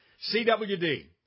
CWD